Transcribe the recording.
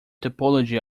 topology